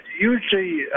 usually